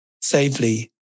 safely